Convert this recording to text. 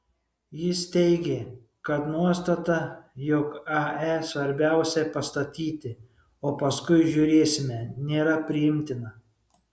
jis teigė kad nuostata jog ae svarbiausia pastatyti o paskui žiūrėsime nėra priimtina